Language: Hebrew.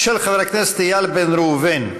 של חבר הכנסת איל בן ראובן.